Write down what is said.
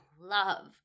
love